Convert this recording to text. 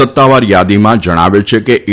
સત્તાવાર યાદીમાં જણાવ્યું છે કે ઇ